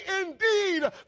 indeed